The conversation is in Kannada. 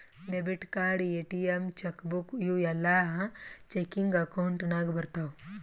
debit card, ATM, cheque book ಇವೂ ಎಲ್ಲಾ ಚೆಕಿಂಗ್ ಅಕೌಂಟ್ ನಾಗ್ ಬರ್ತಾವ್